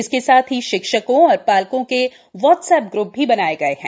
इसके साथ ही शिक्षकों और पालकों के व्हाट्सएप ग्र्प भी बनाये गए हैं